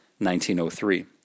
1903